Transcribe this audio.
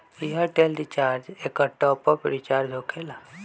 Airtel recharge एकर top off recharge होकेला?